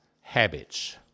habits